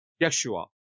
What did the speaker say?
Yeshua